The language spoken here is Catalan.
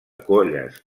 colles